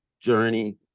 journey